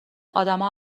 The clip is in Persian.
آدما